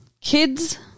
Kids